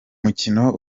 mukino